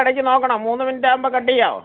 ഇടക്ക് നോക്കണം മൂന്ന് മിനിറ്റ് ആവുമ്പോൾ കട്ട് ചെയ്യാമോ